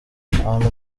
abantu